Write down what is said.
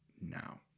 Now